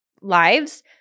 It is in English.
lives